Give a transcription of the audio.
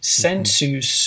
sensus